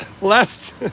Last